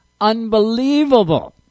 Unbelievable